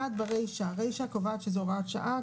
(1) ברישה הרישה קובעת שזו הוראת שעה.